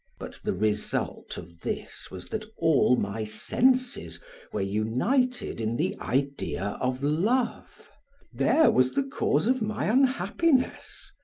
but the result of this was that all my senses were united in the idea of love there was the cause of my unhappiness.